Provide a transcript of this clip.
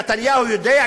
נתניהו יודע?